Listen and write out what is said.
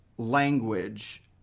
language